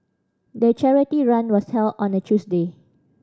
the charity run was held on a Tuesday